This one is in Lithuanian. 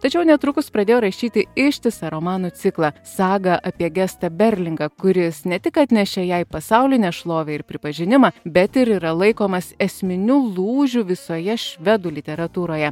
tačiau netrukus pradėjo rašyti ištisą romanų ciklą sagą apie gestą berlingą kuris ne tik atnešė jai pasaulinę šlovę ir pripažinimą bet ir yra laikomas esminiu lūžiu visoje švedų literatūroje